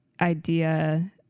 idea